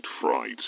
Fright